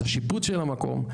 את השיפוץ של המקום,